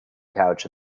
couch